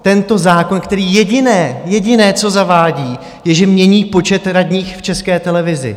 Tento zákon, který jediné, jediné, co zavádí, je, že mění počet radních v České televizi?